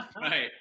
Right